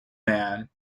man